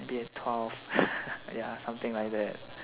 be a twelve ya something like that